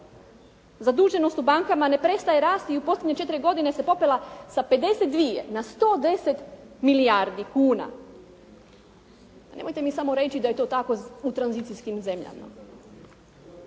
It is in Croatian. Zaduženost u bankama ne prestaje rasti i u posljednje 4 godine se popela sa 52 na 110 milijardi kuna. Ma nemojte mi samo reći da je to tako u tranzicijskim zemljama.